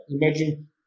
imagine